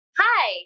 hi